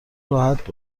راحت